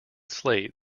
slate